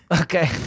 Okay